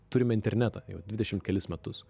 turime internetą jau dvidešim kelis metus